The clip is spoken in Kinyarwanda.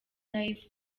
live